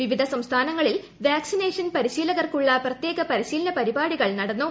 വിവിധ സംസ്ഥാനങ്ങളിൽ വാക്സിനേഷൻ പരിശീലകർക്കുള്ള പ്രത്യേക പരിശീലന പരിപാടികൾ നടന്നു